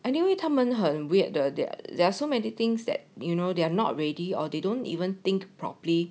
anyway 他们很 weird 的 there there are so many things that you know they're not ready or they don't even think properly